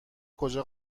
کجا